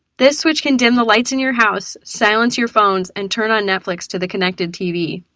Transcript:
this switch can dim the lights in your house, silence your phones, and turn on netflix to the connected tv.